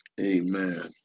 Amen